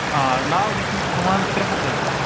آ ناو لٮ۪کھنس چھِ ہٮ۪وان ترٛےٚ ہَتھ رۄپیہِ